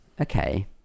okay